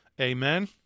Amen